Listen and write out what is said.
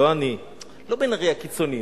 לא אני, לא בן-ארי הקיצוני.